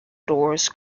doors